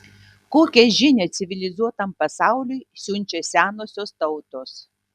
kokią žinią civilizuotam pasauliui siunčia senosios tautos